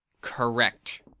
Correct